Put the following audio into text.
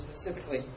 specifically